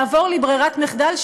לעבור לברירת מחדל,